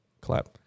clap